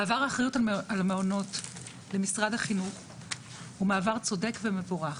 מעבר האחריות על המעונות למשרד החינוך הוא מעבר צודק ומבורך.